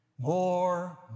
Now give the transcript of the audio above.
More